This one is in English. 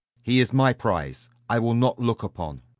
he is my prize. i will not look upon.